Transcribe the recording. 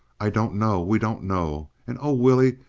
i don't know we don't know. and oh, willie,